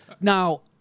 Now